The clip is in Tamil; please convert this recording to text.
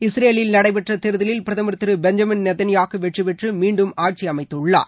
இஸ்ரேலில் நடைபெற்ற தேர்தலில் பிரதமா் திரு பெஞ்சமின் நேதன்யாகு வெற்றி பெற்று மீண்டும் ஆட்சி அமைத்துள்ளார்